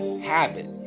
habit